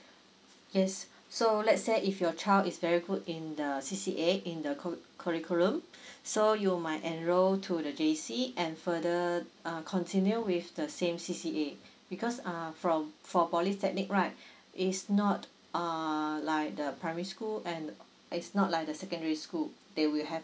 yes so let's say if your child is very good in the C_C_A in the curriculum so you might enroll to the J_C and further uh continue with the same C_C_A because um from for polytechnic right is not uh like the primary school and it's not like the secondary school they will have